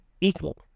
equal